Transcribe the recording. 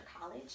College